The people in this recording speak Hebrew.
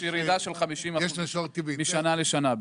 יש ירידה של 50% משנה לשנה.